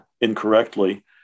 incorrectly